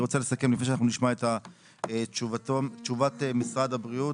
לפני שאנחנו נשמע את תשובת משרד הבריאות,